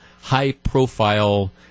high-profile